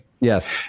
Yes